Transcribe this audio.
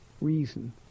reason